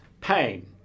pain